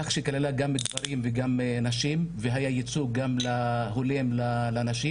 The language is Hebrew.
כך שכללה גם גברים וגם נשים והיה ייצוג הולם גם לנשים,